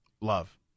Love